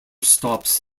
stops